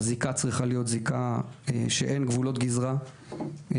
הזיקה צריכה להיות זיקה כך שאין גבולות גזרה בין